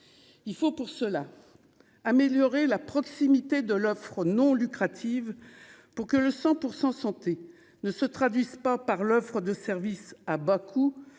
Il faut pour cela. Améliorer la proximité de l'offre non lucrative pour que le 100% santé ne se traduise pas par l'offre de service à bas coût